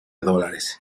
dólares